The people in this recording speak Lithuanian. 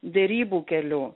derybų keliu